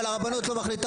אבל הרבנות לא מחליטה,